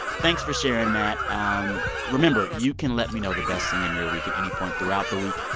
thanks for sharing that. um remember, you can let me know the best thing in your week at any point throughout the week.